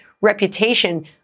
reputation